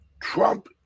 Trump